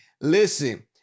Listen